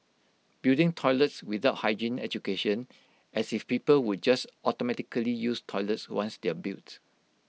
building toilets without hygiene education as if people would just automatically use toilets once they're built